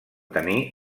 tenir